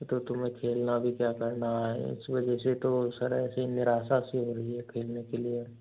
तो तुम्हें खेलना भी क्या करना है इस वजह से तो सर ऐसे ही निराशा सी हो रही है खेलने के लिए